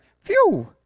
Phew